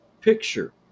picture